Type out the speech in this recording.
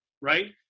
right